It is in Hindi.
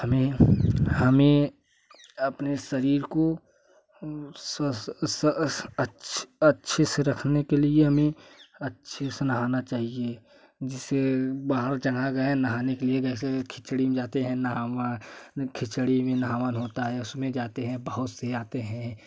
हमें हमें अपने शरीर को स्वस स्वस्थ अच्छे से रखने के लिए हमें अच्छे से नहाना चाहिए जैसे बाहर चला गए नहाने के लिए जैसे खिचड़ी में जाते हैं नहावन जैसे खिचड़ी में नहावन होता है उस में जाते हैं बहुत से आते हैं